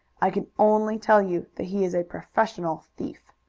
i can only tell you that he is a professional thief.